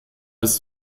bis